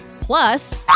Plus